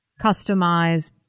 customize